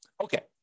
Okay